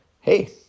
hey